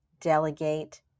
delegate